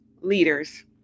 leaders